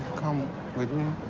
come with me?